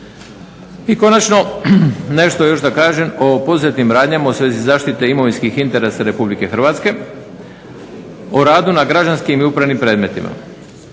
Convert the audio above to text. I konačno, nešto još da kažem o poduzetim radnjama u svezi zaštite imovinskih interesa Republike Hrvatske, o radu na građanskim i upravnim predmetima.